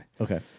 Okay